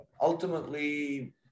ultimately